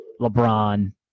LeBron